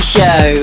Show